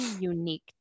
unique